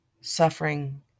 suffering